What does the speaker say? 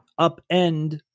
upend